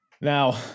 Now